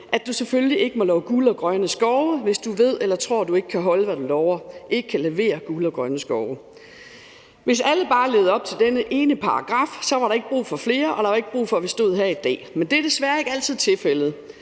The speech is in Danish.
at du selvfølgelig ikke må love guld og grønne skove, hvis du ved eller tror, at du ikke kan holde, hvad du lover, altså ikke kan levere guld og grønne skove. Hvis alle bare levede op til denne ene paragraf, var der ikke brug for flere, og der var ikke brug for, at vi stod her i dag, men det er desværre ikke altid tilfældet.